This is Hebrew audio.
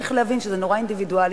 צריך להבין שזה נורא אינדיבידואלי,